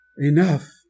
Enough